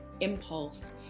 impulse